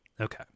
okay